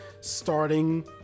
starting